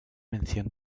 mención